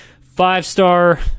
five-star